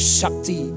shakti